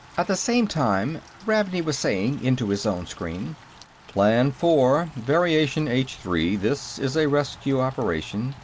at the same time, ravney was saying, into his own screen plan four. variation h three this is a rescue operation.